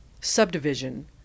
subdivision